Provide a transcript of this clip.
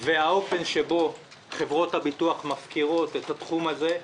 והאופן שבו חברות הביטוח מפקירות את התחום הזה,